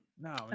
No